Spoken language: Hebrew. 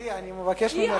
גברתי, אני מבקש ממך.